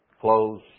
clothes